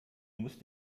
musst